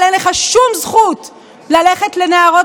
אבל אין לך שום זכות ללכת לנערות